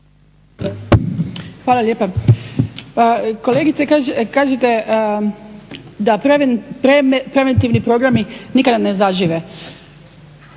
Hvala lijepa. Kolegice, kažete da preventivni programi nikada ne zažive.